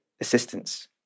assistance